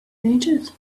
ages